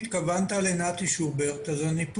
גמר חתימה טובה לך ולכל האחרים שבשיחה הזאת.